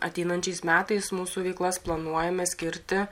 ateinančiais metais mūsų veiklas planuojame skirti